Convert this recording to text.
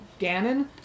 Ganon